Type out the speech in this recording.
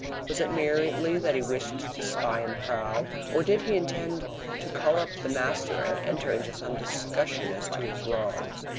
was it merely that he wished to spy and prowl, or did he intend to call up the master and enter into some discussion as to his wrongs?